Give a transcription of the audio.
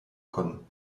können